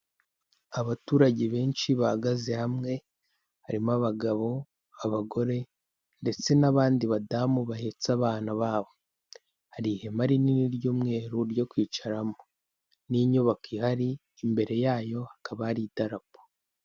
Abaturage benshi bahagaze hamwe, harimo abagabo, abagore ndetse n'abandi badamu bahetse abana babo, hari ihema rinini ry'umweru ryo kwicaramo n'inyubako ihari imbere yayo hakaba hari idarapo.